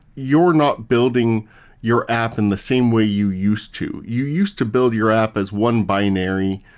you're not building your app in the same way you used to. you used to build your app as one binary.